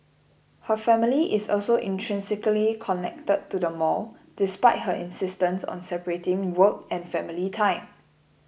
her family is also intrinsically connected to the mall despite her insistence on separating work and family time